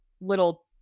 little